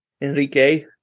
Enrique